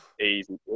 Easy